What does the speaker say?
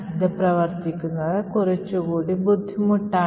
ഇത് പ്രവർത്തിക്കുന്നത് കുറച്ചുകൂടി ബുദ്ധിമുട്ടാണ്